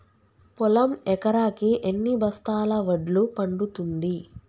పొలం ఎకరాకి ఎన్ని బస్తాల వడ్లు పండుతుంది?